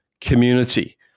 community